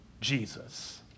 Jesus